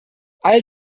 alle